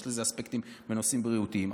יש לזה אספקטים בנושאים בריאותיים,